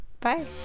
bye